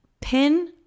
Pin